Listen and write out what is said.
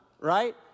right